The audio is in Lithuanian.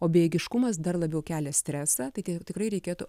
o bejėgiškumas dar labiau kelia stresą tai tikrai reikėtų